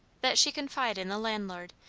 that she confide in the landlord,